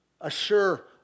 assure